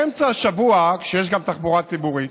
באמצע השבוע, כשיש גם תחבורה ציבורית,